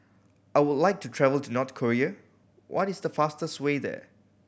I would like to travel to North Korea what is the fastest way there